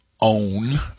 own